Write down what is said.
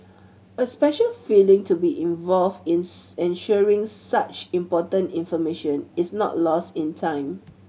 a special feeling to be involved ensuring such important information is not lost in time